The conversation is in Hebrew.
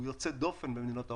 הוא יוצא דופן במדינות ה-OECD.